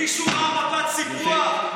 מישהו ראה מפת סיפוח?